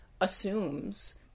assumes